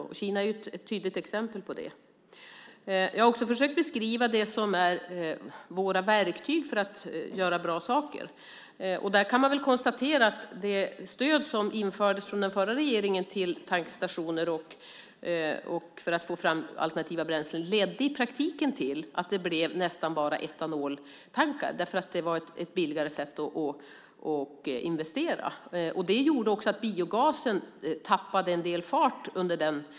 Kina är ett tydligt exempel på det. Jag har också försökt beskriva våra verktyg för att göra bra saker. Man kan konstatera att det stöd till tankstationer som infördes av den förra regeringen för att få fram alternativa bränslen i praktiken ledde till att det nästan bara blev etanoltankställen därför att det var ett billigare sätt att investera. Det gjorde också att biogasen tappade en del fart.